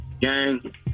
gang